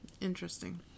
Interesting